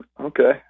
Okay